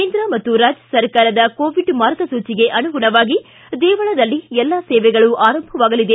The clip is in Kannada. ಕೇಂದ್ರ ಮತ್ತು ರಾಜ್ಜ ಸರಕಾರದ ಕೋವಿಡ್ ಮಾರ್ಗಸೂಚಿಗೆ ಅನುಗುಣವಾಗಿ ದೇವಳದಲ್ಲಿ ಎಲ್ಲಾ ಸೇವೆಗಳು ಆರಂಭವಾಗಲಿದೆ